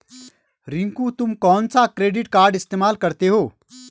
रिंकू तुम कौन सा क्रेडिट कार्ड इस्तमाल करते हो?